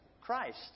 Christ